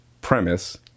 premise